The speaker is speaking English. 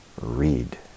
read